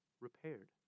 repaired